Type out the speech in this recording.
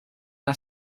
una